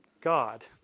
God